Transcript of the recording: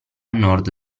nord